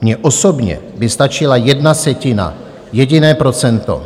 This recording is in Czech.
Mně osobně by stačila jedna setina, jediné procento.